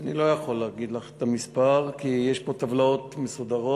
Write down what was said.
אני לא יכול להגיד לך את המספר כי יש פה טבלאות מסודרות.